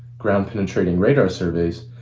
ground-penetrating radar surveys,